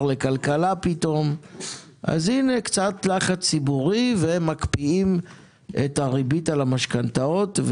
לכלכלה קצת לחץ ציבורי ומקפיאים את הריבית על המשכנתאות.